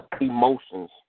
emotions